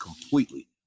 completely